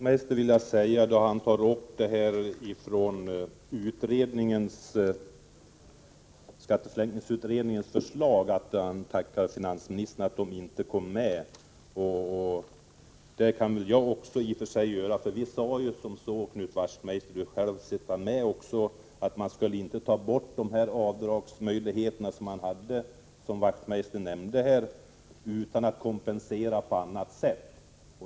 Herr talman! Knut Wachtmeister tackade finansministern för att skatteförenklingskommitténs förslag inte kom med i propositionen. Det kan jag i och för sig också göra, för vi sade ju att man inte skulle ta bort de avdragsmöj ligheter som finns utan att kompensera detta på annat sätt.